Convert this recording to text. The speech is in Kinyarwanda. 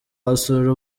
wasura